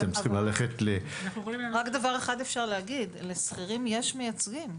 רק דבר אחד אפשר להגיד, לשכירים יש מייצגים.